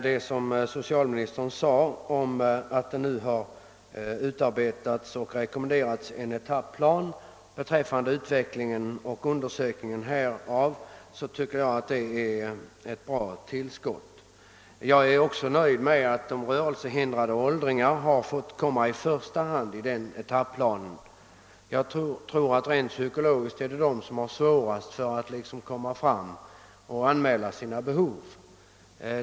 Herr talman! Jag tycker att den utarbetade och rekommenderade etapplan. som nämndes av socialministern, utgör ett värdefullt bidrag på detta område. Jag är också nöjd med att rörelsehindrade åldringar satts i första hand i denna etapplan. Det är dessa som psykologiskt har de största svårigheterna att anmäla sina behov.